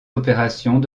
opérations